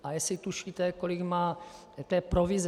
A jestli tušíte, kolik má provize?